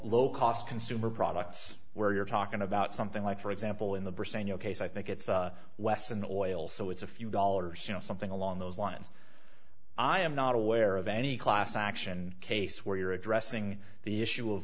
low cost consumer products where you're talking about something like for example in the bersani ok so i think it's western oil so it's a few dollars you know something along those lines i am not aware of any class action case where you're addressing the issue of